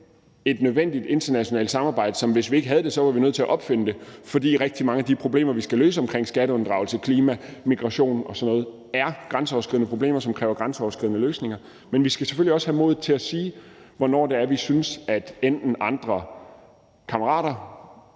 et nødvendigt internationalt samarbejde, og hvis vi ikke havde det, var vi nødt til at opfinde det, fordi rigtig mange af de problemer, vi skal løse omkring skatteunddragelse, klima, migration og sådan noget, er grænseoverskridende problemer, som kræver grænseoverskridende løsninger. Men vi skal selvfølgelig også have modet til at sige, hvornår det er, vi synes, at andre kammerater